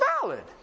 valid